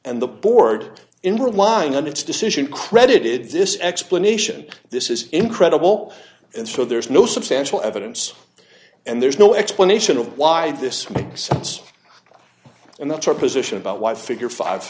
and the board in relying on its decision credited this explanation this is incredible and so there's no substantial evidence and there's no explanation of why this makes sense and that's our position about why figure five